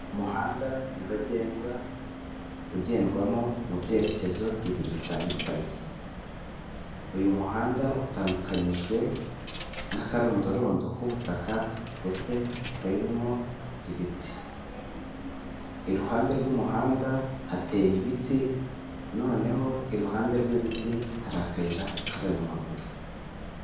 Umuhanda nyabagendwa ugendwamo mu byerekezo bibiri bitandukanye. Uyu muhanda utandukanyijwe n'akarondorondo k'ubutaka ndetse gateyemo ibiti. Iruhande rw'umuhanda hateye ibiti noneho iruhande rw'ibiti hari akayira k'abanyamaguru.